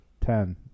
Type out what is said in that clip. ten